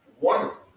wonderful